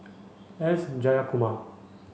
S Jayakumar